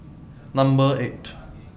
Number eight